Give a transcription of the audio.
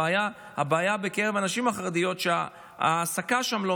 הבעיה בקרב הנשים החרדיות זה שההעסקה שם לא